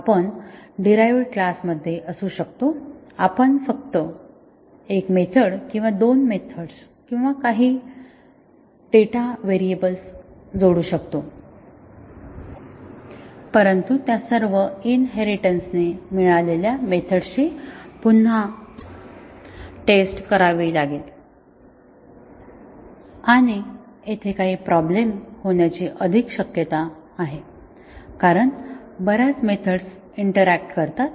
आपण derived class मध्ये असू शकतो आपण फक्त एक मेथड किंवा दोन मेथड्स किंवा काही डेटा व्हेरिएबल्स जोडू शकतो परंतु त्या सर्व इनहेरिटेन्सने मिळालेल्या मेथड्सची पुन्हा टेस्ट करावी लागेल आणि येथे काही प्रॉब्लेम होण्याची अधिक शक्यता आहे कारण बर्याच मेथड्स इंटरॅक्ट करतात